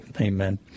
Amen